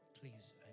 Please